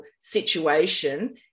situation